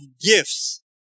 gifts